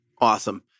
Awesome